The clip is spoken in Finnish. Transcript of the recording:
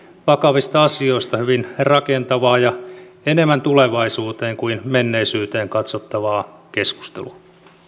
vakavista asioista hyvin rakentavaa ja enemmän tulevaisuuteen kuin menneisyyteen katsovaa keskustelua